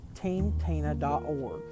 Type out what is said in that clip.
teamtina.org